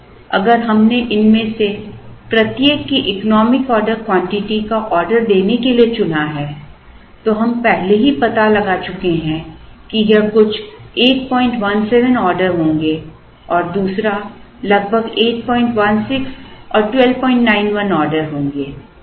अब अगर हमने इनमें से प्रत्येक की इकोनॉमिक ऑर्डर क्वांटिटी का ऑर्डर देने के लिए चुना है तो हम पहले ही पता लगा चुके हैं कि यह कुछ 817 ऑर्डर होंगे और दूसरा लगभग 816 और 1291 ऑर्डर होंगे